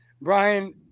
Brian